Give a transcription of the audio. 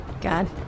God